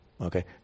Okay